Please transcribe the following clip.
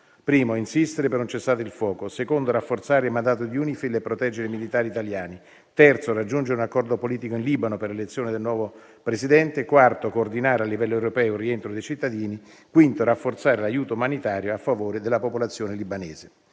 primo, insistere per un cessate il fuoco; secondo, rafforzare il mandato di UNIFIL e proteggere i militari italiani; terzo, raggiungere un accordo politico in Libano per l'elezione del nuovo Presidente; quarto, coordinare a livello europeo il rientro dei cittadini; quinto, rafforzare l'aiuto umanitario a favore della popolazione libanese.